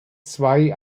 zwei